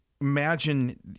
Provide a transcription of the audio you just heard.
imagine